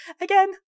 Again